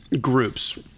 groups